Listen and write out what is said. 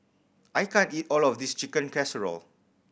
I can't eat all of this Chicken Casserole